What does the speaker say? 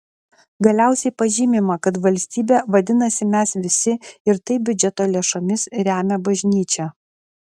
galiausiai pažymima kad valstybė vadinasi mes visi ir taip biudžeto lėšomis remia bažnyčią